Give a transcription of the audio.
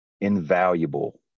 invaluable